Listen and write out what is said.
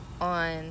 on